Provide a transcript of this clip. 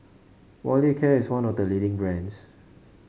Molicare is one of the leading brands